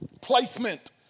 placement